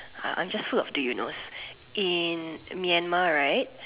I am just full of do you knows in Myanmar right